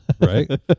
Right